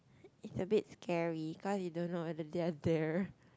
it's a bit scary cause you don't know if they are there